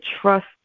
trust